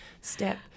step